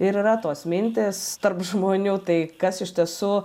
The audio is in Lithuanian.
ir yra tos mintys tarp žmonių tai kas iš tiesų